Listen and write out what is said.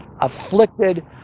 afflicted